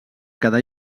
quedar